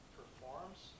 performs